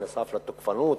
נוסף על התוקפנות,